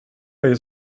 dig